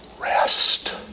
rest